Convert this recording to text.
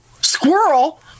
squirrel